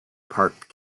park